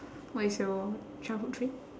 what is your childhood dream